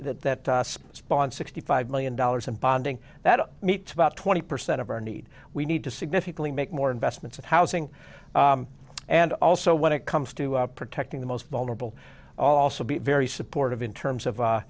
spawn sixty five million dollars and bonding that meets about twenty percent of our need we need to significantly make more investments and housing and also when it comes to protecting the most vulnerable also be very supportive in terms of